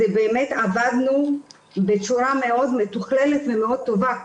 באמת עבדנו בצורה מאוד מתוכללת ומאוד טובה,